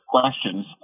questions